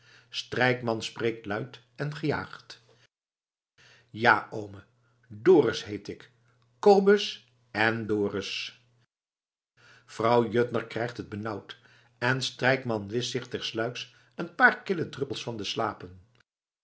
strijkman spreekt luid en gejaagd ja oome dorus heet ik kobus en dorus vrouw juttner krijgt het benauwd en strijkman wischt zich tersluiks een paar kille druppels van de slapen